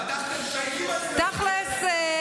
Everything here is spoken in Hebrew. תכלס,